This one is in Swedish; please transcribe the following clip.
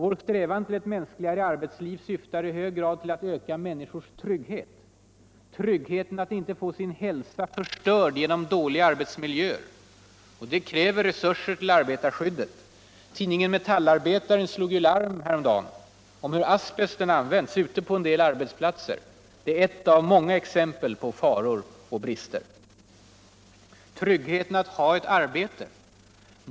Vår strävan till ett mänskligare arbetsliv syftar i hög grad till att öka minniskors trygghet: Tryggheten att inte få sin hälsa förstörd genom dåliga arbetsmiljöer. Det kräver bl.a. ökade resurser till arbetarskyddet. Tidningen Metallarbetarens nya larm häromdagen om hur asbesten används ute på en del arbetsplatser är bara ett av många exempel på faror och brister. Tryggheten att ha ett arbete.